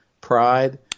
pride